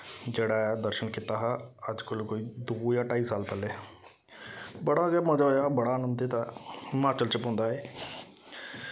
जेह्ड़ा ऐ दर्शन कीता हा अज्ज कोला दो जां ढाई साल पैह्लें बड़ा गै मजा आया हा बड़ा अन्दित आया हिमाचल च पौंदा ऐ